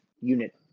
unit